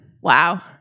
Wow